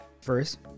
first